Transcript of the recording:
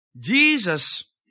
Jesus